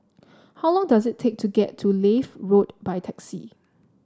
how long does it take to get to Leith Road by taxi